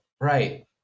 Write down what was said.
right